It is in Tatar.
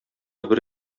бер